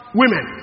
women